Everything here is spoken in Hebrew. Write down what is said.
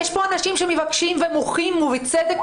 יש פה אנשים שמבקשים ומוחים בצדק,